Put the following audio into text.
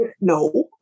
no